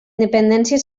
dependències